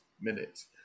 minutes